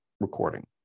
recording